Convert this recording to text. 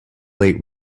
late